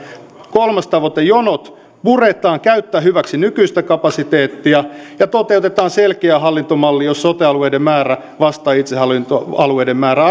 kolmas tavoite jonot puretaan käyttäen hyväksi nykyistä kapasiteettia ja toteutetaan selkeä hallintomalli jossa sote alueiden määrä vastaa itsehallintoalueiden määrää